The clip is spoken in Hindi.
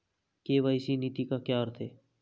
के.वाई.सी नीति का क्या अर्थ है?